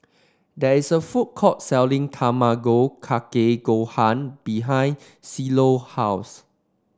there is a food court selling Tamago Kake Gohan behind house